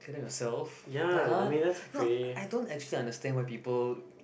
clear that yourself like [huh] not I don't actually understand why people